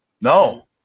No